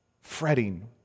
fretting